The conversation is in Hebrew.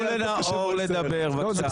חברים, תנו לנאור לדבר, בבקשה.